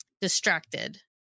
distracted